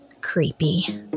creepy